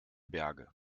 berge